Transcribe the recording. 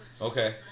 Okay